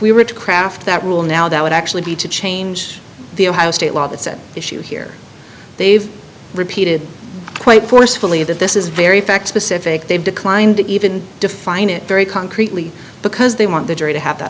we were to craft that rule now that would actually be to change the ohio state law that said issue here they've repeated quite forcefully that this is very fact specific they've declined to even define it very concretely because they want the jury to have that